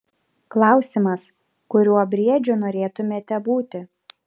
klausimas kuriuo briedžiu norėtumėte būti